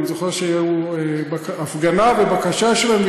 אני זוכר הפגנה ובקשה שלהם,